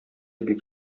бик